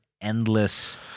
endless